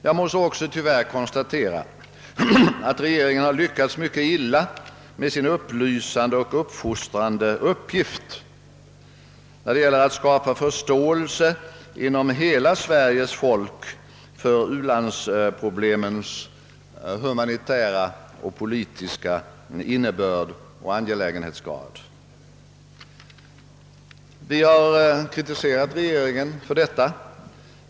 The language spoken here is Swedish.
Jag måste tyvärr också konstatera att regeringen har lyckats mycket illa med sin upplysande och uppfostrande uppgift när det gällt att skapa förståelse inom hela Sveriges folk för u-landsproblemens humanitära och politiska innebörd och angelägenhetsgrad. Vi har kritiserat regeringen för detta.